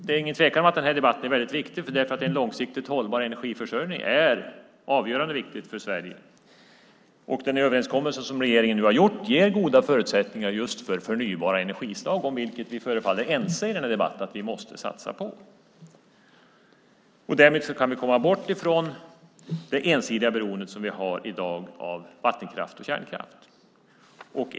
Det är ingen tvekan om att denna debatt är viktig eftersom en långsiktigt hållbar energiförsörjning är av avgörande betydelse för Sverige. Den överenskommelse som regeringen nu har gjort ger goda förutsättningar för just förnybara energislag om vilket vi förefaller vara ense i debatten att vi måste satsa på. Därmed kan vi komma bort från det ensidiga beroendet av vattenkraft och kärnkraft som vi i dag har.